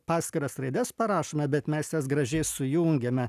paskiras raides parašome bet mes jas gražiai sujungiame